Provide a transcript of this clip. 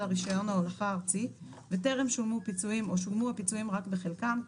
רישיון ההולכה הארצי וטרם שולמו פיצויים או שולמו הפיצויים רק בחלקם,